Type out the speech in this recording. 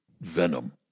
Venom